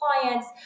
clients